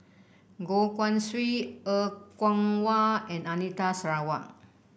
Goh Guan Siew Er Kwong Wah and Anita Sarawak